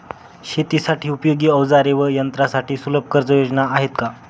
शेतीसाठी उपयोगी औजारे व यंत्रासाठी सुलभ कर्जयोजना आहेत का?